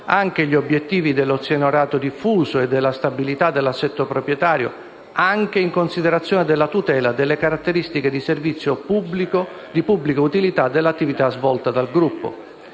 anche gli obiettivi dell'azionariato diffuso e della stabilità dell'assetto proprietario, anche in considerazione della tutela delle caratteristiche di servizio di pubblica utilità dell'attività svolta dal gruppo;